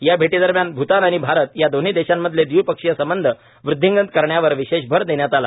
या भेटीदरम्यान भूटान आणि भारत या दोन्ही देशांमधले द्वि पक्षीय संबंध वृद्धिंगत करण्यावर विशेष भर देण्यात आला